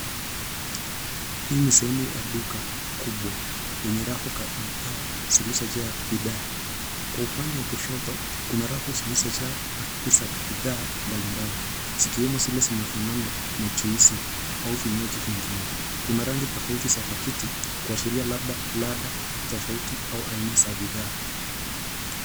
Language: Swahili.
Hii ni sehemu ya duka kubwa yenye rafu ya bidhaa zilizojaa bidhaa kwa upande wa kushoto kuna rafu zilizojaa pakiti za bidhaa mbalimbali zikiwemo zile zinafanana na juisi au vinywaji vingine. Kuna rangi tofauti za pakiti kuashiria labda ladha tofauti au aina za bidhaa.